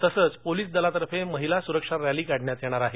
तसच पोलीस दलातर्फे महिला सुरक्षा रस्ती काढण्यात येणार आहे